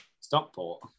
Stockport